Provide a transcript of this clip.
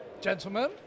Gentlemen